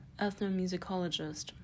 ethnomusicologist